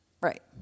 Right